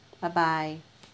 bye bye